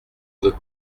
veux